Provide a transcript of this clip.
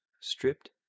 stripped